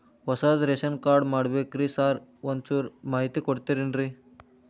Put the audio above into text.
ಹೊಸದ್ ration card ಮಾಡ್ಬೇಕ್ರಿ sir ಒಂಚೂರ್ ಮಾಹಿತಿ ಕೊಡ್ತೇರೆನ್ರಿ?